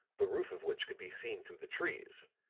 the roof of which could be seen through the trees.